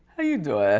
ah you doin'?